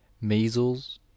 measles